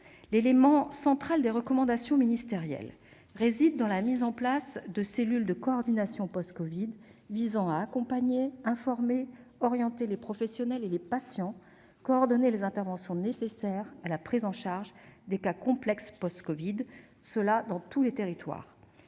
L'élément central des recommandations ministérielles réside dans la mise en place de cellules de coordination post-covid visant à accompagner, informer, orienter les professionnels et les patients, ainsi que coordonner les interventions nécessaires à la prise en charge des cas « complexes » post-covid, et cela dans tous les territoires.